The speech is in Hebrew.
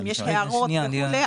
אם יש הערות וכו',